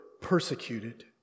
persecuted